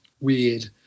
weird